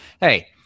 hey